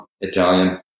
Italian